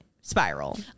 spiral